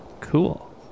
Cool